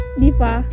diva